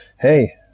hey